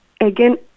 again